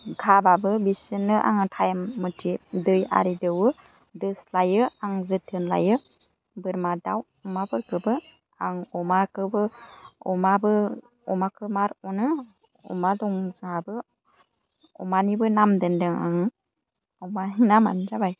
खाबाबो बिसोरनो आङो टाइम मथे दै आरि दौवो दोस्लायो आं जोथोन लायो बोरमा दाउ अमाफोरखौबो आं अमाखौबो अमाबो अमाखौ मार अनो अमा दं जोंहाबो अमानिबो नाम दोन्दों आङो अमानि नामानो जाबाय